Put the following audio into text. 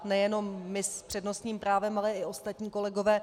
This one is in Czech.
Nejenom my s přednostním právem, ale i ostatní kolegové.